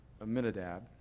Aminadab